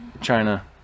China